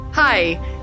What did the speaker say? Hi